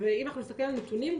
ואם אנחנו מסתכלים על הנתונים,